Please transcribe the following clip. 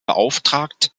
beauftragt